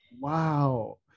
Wow